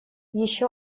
еще